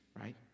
right